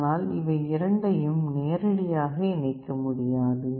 ஆனால் இவை இரண்டையும் நேரடியாக இணைக்க முடியாது